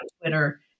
Twitter